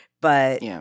But-